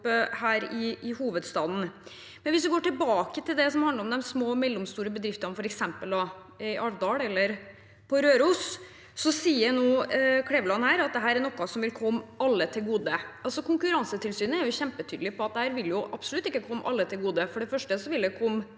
det som handler om de små og mellomstore bedriftene, f.eks. i Alvdal eller på Røros, sier nå Kleveland at dette er noe som vil komme alle til gode. Konkurransetilsynet er jo kjempetydelige på at dette absolutt ikke vil komme alle til gode.